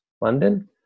London